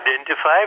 identify